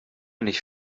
nicht